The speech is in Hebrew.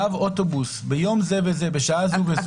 קו אוטובוס, ביום זה וזה, בשעה זו וזו.